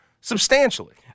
Substantially